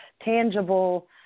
tangible